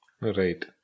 right